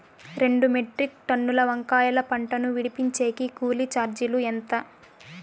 రెండు మెట్రిక్ టన్నుల వంకాయల పంట ను విడిపించేకి కూలీ చార్జీలు ఎంత?